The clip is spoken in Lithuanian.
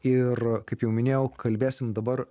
ir kaip jau minėjau kalbėsim dabar